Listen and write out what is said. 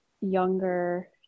younger